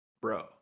Bro